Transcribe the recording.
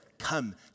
come